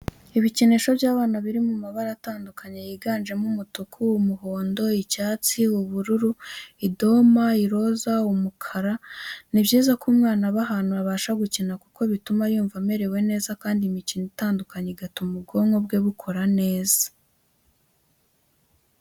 Ibikinisho by'abana bato biri mu mabara atandukanye yiganjemo umutuku, umuhondo, icyatsi, ubururu, idoma, iroza, umukara, Ni byiza ko umwana aba ahantu abasha gukina kuko bituma yumva amerewe neza kandi imikino itandukanye igatuma ubwonko bwe bukora neza.